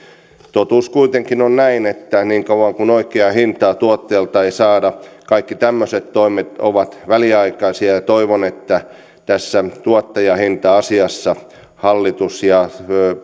totuus kuitenkin on se että niin kauan kuin oikeaa hintaa tuottajalta ei saada kaikki tämmöiset toimet ovat väliaikaisia ja toivon että tässä tuottajahinta asiassa hallitus ja